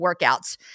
workouts